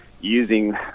using